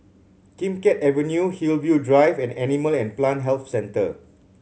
Kim Keat Avenue Hillview Drive and Animal and Plant Health Centre